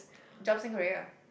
jump sing Korea ah